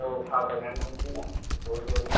औ थाबायनानै थांसै ना ज' ज'नो